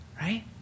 Right